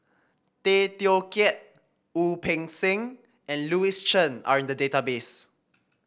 Tay Teow Kiat Wu Peng Seng and Louis Chen are in the database